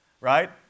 right